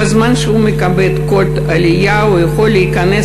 בזמן שהוא מקבל קוד עלייה הוא יכול להיכנס